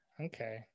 Okay